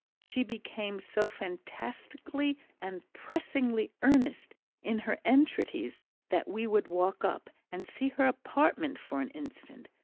she became so fantastically and pressingly earnest in her entreaties that we would walk up and see her apartment for an instant,